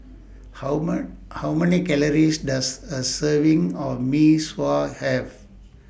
How How Many Calories Does A Serving of Mee Sua Have